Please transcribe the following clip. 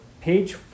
page